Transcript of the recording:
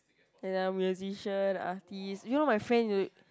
then I'm musician artist you know my friend